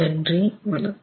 நன்றி வணக்கம்